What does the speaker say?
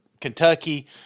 Kentucky –